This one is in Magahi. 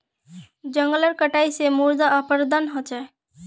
जंगलेर कटाई स मृदा अपरदन ह छेक